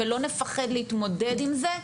ולא נפחד להתמודד עם זה,